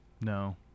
No